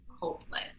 hopeless